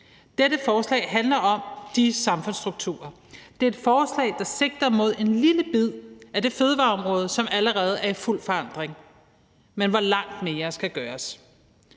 Dette forslag handler om de samfundsstrukturer. Det er et forslag, der sigter mod en lille bid af det fødevareområde, som allerede er i fuld forandring, men hvor langt mere skal gøres.